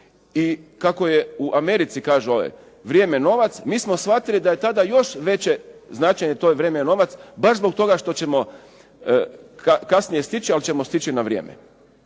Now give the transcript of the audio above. i kako je u Americi kaže ovaj vrijeme novac, mi smo shvatili da je tada još veće značenje tog vrijeme je novac baš zbog toga što ćemo kasnije stići, ali ćemo stići na vrijeme.